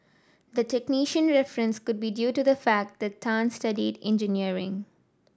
the technician reference could be due to the fact that Tan studied engineering